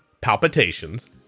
palpitations